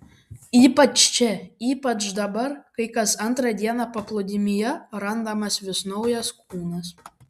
ypač čia ypač dabar kai kas antrą dieną paplūdimyje randamas vis naujas kūnas